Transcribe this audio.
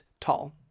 tall